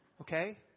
Okay